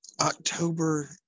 October